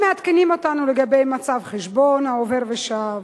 הם מעדכנים אותנו לגבי מצב חשבון העובר-ושב,